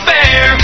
Fair